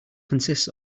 consists